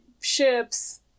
ships